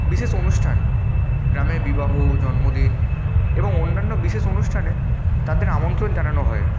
বিশেষ অনুষ্ঠান গ্রামে বিবাহ জন্মদিন এবং অন্যান্য বিশেষ অনুষ্ঠানে তাদের আমন্ত্রণ জানানো হয়